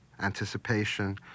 anticipation